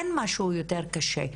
אין משהו יותר קשה,